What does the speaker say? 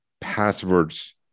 passwords